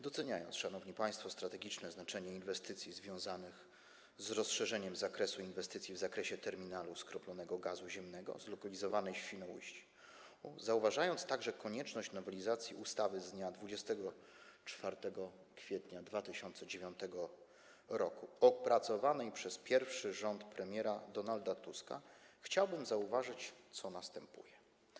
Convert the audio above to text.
Doceniając, szanowni państwo, strategiczne znaczenie inwestycji związanych z rozszerzeniem zakresu inwestycji w zakresie terminalu skroplonego gazu ziemnego zlokalizowanej w Świnoujściu, zauważając także konieczność nowelizacji ustawy z dnia 24 kwietnia 2009 r. opracowanej przez pierwszy rząd premiera Donalda Tuska, chciałbym zauważyć, co następuje.